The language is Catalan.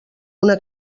una